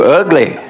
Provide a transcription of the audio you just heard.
ugly